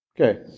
Okay